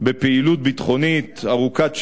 בפעילות ביטחונית ארוכת שנים,